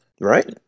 right